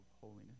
holiness